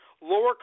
lower